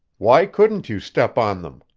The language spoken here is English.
why couldn't you step on them?